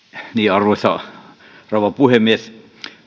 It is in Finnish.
arvoisa rouva puhemies